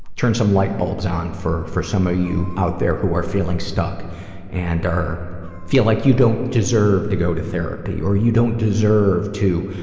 turned some light bulbs on for for some of ah you out there who are feeling stuck and are feel like you don't deserve to go to therapy, or you don't deserve to,